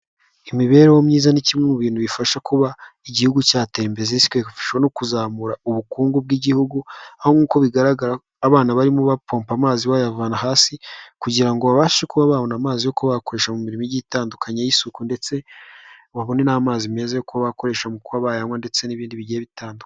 Imibereho myiza ni kimwe mu bintu bifasha kuba igihugu cyatera imbere, bishobora no kuzamura ubukungu bw'igihugu. Aho nk'uko bigaragara abana barimo bapompa amazi bayavana hasi, kugira ngo babashe kuba babona amazi yo kuba bakoresha mu mirimo itandukanye y'isuku ndetse, babone n'amazi meza yo kuba bakoresha mu kuba bayanywa ndetse n'ibindi bigiye bitandukanye.